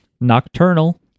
Nocturnal